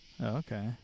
Okay